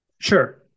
sure